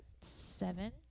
seven